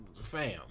fam